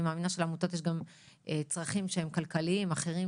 אני מאמינה שלעמותות יש גם צרכים שהם כלכליים אחרים,